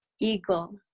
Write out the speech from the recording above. Eagle